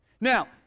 Now